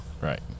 Right